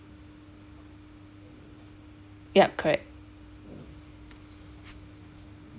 yup correct